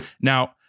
Now